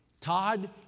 Todd